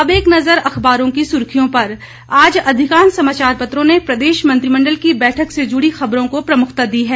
अब एक नजर अखबारों की सुर्खियों पर आज अधिकांश समाचार पत्रों ने प्रदेश मंत्रिमंडल की बैठक से जुड़ी खबरों को प्रमुखता दी है